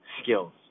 Skills